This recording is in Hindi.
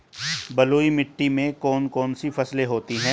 बलुई मिट्टी में कौन कौन सी फसलें होती हैं?